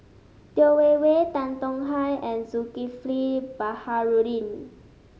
Yeo Wei Wei Tan Tong Hye and Zulkifli Baharudin